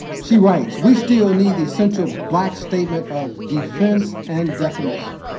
she writes, we still need the essential black statement of defense and definition.